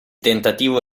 tentativo